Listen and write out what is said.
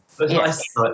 yes